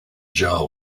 jaw